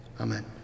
amen